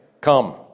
Come